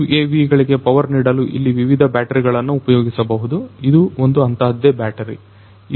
UAV ಗಳಿಗೆ power ನೀಡಲು ಇಲ್ಲಿ ವಿವಿಧ ಬ್ಯಾಟರಿಗಳನ್ನು ಉಪಯೋಗಿಸಬಹುದು ಇದು ಒಂದು ಅಂತಹದ್ದೇ ಬ್ಯಾಟರಿ